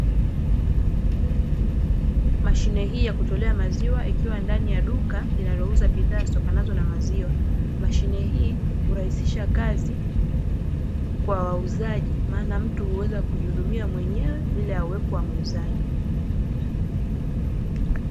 Mashine hii ya kutolea maziwa ikiwa ndani ya duka linalouza bidhaa zitokanazo na maziwa, mashine hii hurahisisha kazi kwa wauzaji maana mtu huweza kujihudumia mwenyewe bila ya uwepo wa muuzaji.